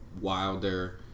wilder